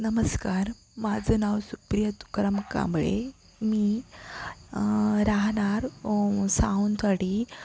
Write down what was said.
नमस्कार माझं नाव सुप्रिया तुकाराम कांबळे मी राहणार सावंतवाडी